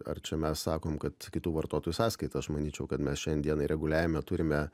ar čia mes sakom kad kitų vartotojų sąskaita aš manyčiau kad mes šiandien dienai reguliavime turime